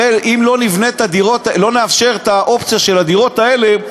אם לא נאפשר את האופציה של הדירות האלה,